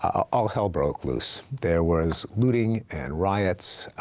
all hell broke loose. there was looting and riots.